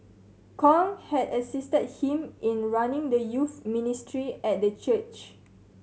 Kong had assisted him in running the youth ministry at the church